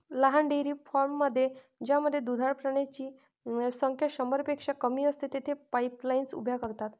लहान डेअरी फार्ममध्ये ज्यामध्ये दुधाळ प्राण्यांची संख्या शंभरपेक्षा कमी असते, तेथे पाईपलाईन्स उभ्या करतात